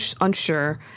unsure